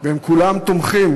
והם כולם תומכים.